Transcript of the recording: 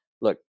look